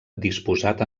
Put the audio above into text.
disposat